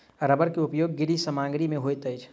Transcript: रबड़ के उपयोग गृह सामग्री में होइत अछि